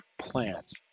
plants